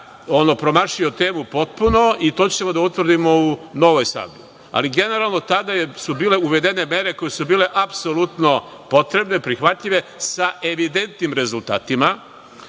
kolega promašio temu potpuno i to ćemo da utvrdimo u novoj sablji. Ali, generalno, tada su bile uvedene mere koje su bile apsolutno potrebne, prihvatljive, sa evidentnim rezultatima,